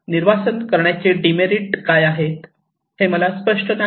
निर्वासन करण्याचे डीमेरिट काय आहेत हे मला स्पष्ट नाही